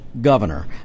governor